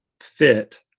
fit